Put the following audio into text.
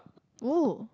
oh